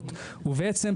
מחנות, בעיני הוא